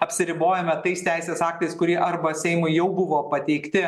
apsiribojame tais teisės aktais kurie arba seimui jau buvo pateikti